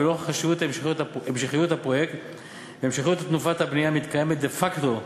ולנוכח חשיבות המשכיות הפרויקט והמשכיות תנופת הבנייה המתקיימת דה-פקטו,